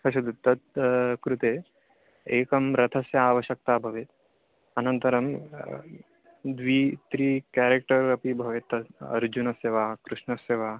पश्यतु तत् कृते एकं रथस्य आवश्यक्ता भवेत् अनन्तरं द्वी त्री क्यारेक्टर् अपि भवेत् तत् अर्जुनस्य वा कृष्णस्य वा